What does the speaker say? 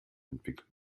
entwickeln